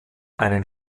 einen